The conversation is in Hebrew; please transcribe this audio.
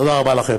תודה רבה לכם.